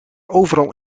overal